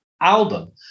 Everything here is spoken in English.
album